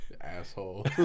Asshole